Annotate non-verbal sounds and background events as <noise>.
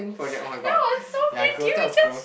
<noise> that was so be did you just